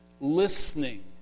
listening